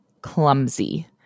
clumsy